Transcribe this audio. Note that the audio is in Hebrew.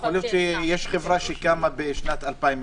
יכול להיות שיש חברה שקמה בשנת 2020